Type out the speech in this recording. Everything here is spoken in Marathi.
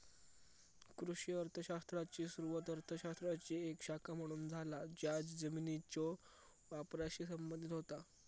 कृषी अर्थ शास्त्राची सुरुवात अर्थ शास्त्राची एक शाखा म्हणून झाला ज्या जमिनीच्यो वापराशी संबंधित होता